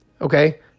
Okay